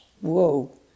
Whoa